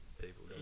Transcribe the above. people